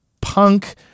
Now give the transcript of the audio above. punk